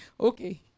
okay